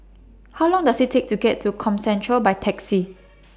How Long Does IT Take to get to Comcentre By Taxi